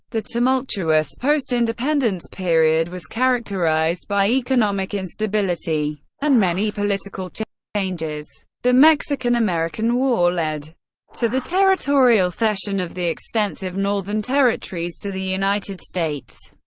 the tumultuous post-independence period was characterized by economic instability and many political changes. the mexican-american war led to the territorial cession of the extensive northern territories to the united states.